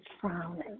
frowning